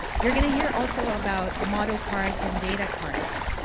you're going to hear, also, about model cards and data cards.